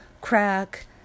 crack